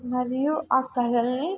మరియు ఆ కళల్ని